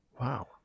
Wow